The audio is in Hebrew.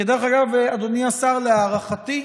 כדרך אגב, אדוני השר, להערכתי,